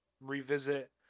revisit